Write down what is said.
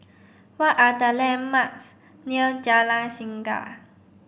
what are the landmarks near Jalan Singa